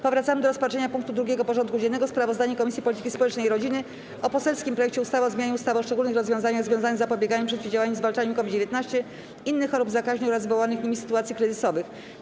Powracamy do rozpatrzenia punktu 2. porządku dziennego: Sprawozdanie Komisji Polityki Społecznej i Rodziny o poselskim projekcie ustawy o zmianie ustawy o szczególnych rozwiązaniach związanych z zapobieganiem, przeciwdziałaniem i zwalczaniem COVID-19, innych chorób zakaźnych oraz wywołanych nimi sytuacji kryzysowych.